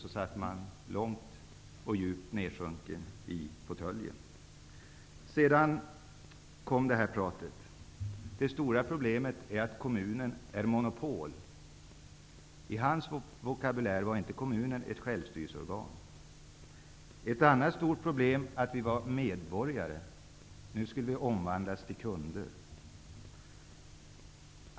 Sedan satt man djupt nedsjunken i fåtöljen. Han fortsatte med att säga att det stora problemet är att kommuner är monopol -- i hans vokabulär var kommunen inte något självstyrelseorgan. Ett annat stort problem var att vi ser oss som medborgare. Nu skulle vi omvandlas till kunder.